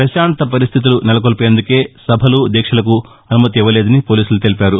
పశాంత పరిస్టితులు నెలకొల్బేందుకే సభలు దీక్షలకు అనుమతి ఇవ్వలేదని పోలీసులు తెలిపారు